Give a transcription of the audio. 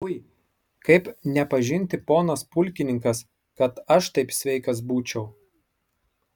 ui kaip nepažinti ponas pulkininkas kad aš taip sveikas būčiau